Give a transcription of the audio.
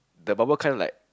the bubble kind of like